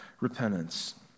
repentance